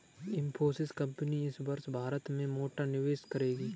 Infosys company इस वर्ष भारत में मोटा निवेश करेगी